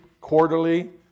quarterly